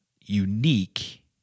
unique